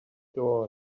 doors